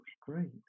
great